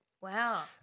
Wow